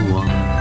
one